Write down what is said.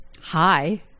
Hi